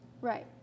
Right